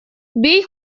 бей